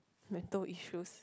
mental issues